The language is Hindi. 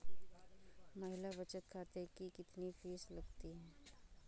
महिला बचत खाते की कितनी फीस लगती है?